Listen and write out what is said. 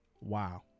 wow